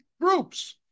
groups